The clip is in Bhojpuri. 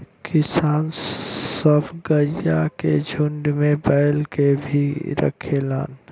किसान सब गइया के झुण्ड में बैल के भी रखेलन